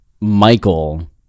Michael